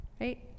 right